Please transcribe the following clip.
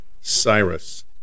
Cyrus